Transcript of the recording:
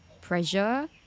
pressure